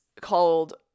called